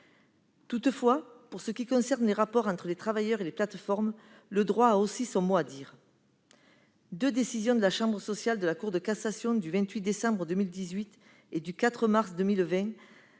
concepteurs ... S'agissant des rapports entre les travailleurs et les plateformes, le droit a aussi son mot à dire. Deux décisions de la chambre sociale de la Cour de cassation, du 28 décembre 2018 et du 4 mars 2020,